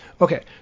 Okay